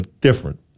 different